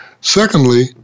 Secondly